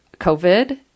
COVID